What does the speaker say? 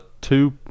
two